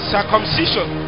Circumcision